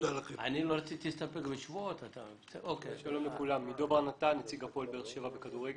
שמי עידו בר-נתן, נציג הפועל באר שבע בכדורגל.